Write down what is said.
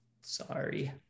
Sorry